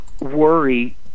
worry